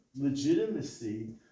legitimacy